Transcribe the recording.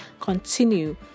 Continue